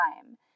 time